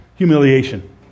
Humiliation